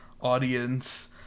audience